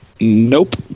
Nope